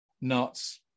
nuts